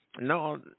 No